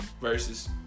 versus